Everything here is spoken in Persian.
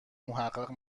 محقق